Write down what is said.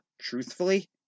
truthfully